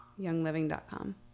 Youngliving.com